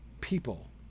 people